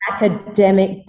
academic